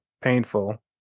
painful